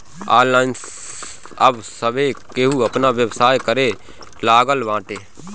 online अब सभे केहू आपन व्यवसाय करे लागल बाटे